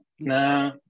no